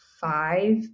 five